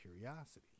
curiosity